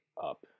up